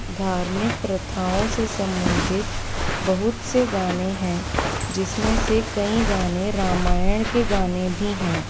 धर्मिक प्रथाओं से संबंधित बहुत से गाने हैं जिसमे से कई गाने रामायण के गाने भी हैं